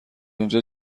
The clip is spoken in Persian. اونجا